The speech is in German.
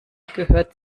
gehört